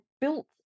built